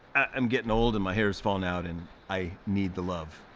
i'm getting old and my hair's falling out and i need the love.